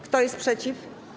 Kto jest przeciw?